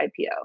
IPO